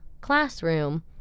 classroom